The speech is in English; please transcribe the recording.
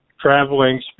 traveling